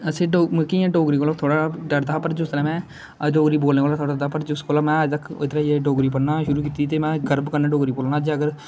आसे मतलब डोगरी कोला थोह्ड़ा थोह्ड़ा डरदा हा में डोगरी बोलने कोला थोह्ड़ा डरदा हा पर जिसले में अजतक जिसले डोगरी पढ़ना शुरु कीती ते में गर्व कन्नै डोगरी बोलना होन्ना अगर